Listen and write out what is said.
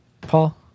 Paul